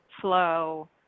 flow